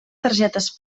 targetes